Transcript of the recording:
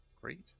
Great